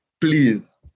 Please